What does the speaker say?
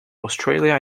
australia